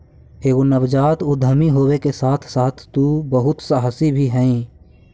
एगो नवजात उद्यमी होबे के साथे साथे तु बहुत सहासी भी हहिं